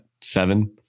seven